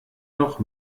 doch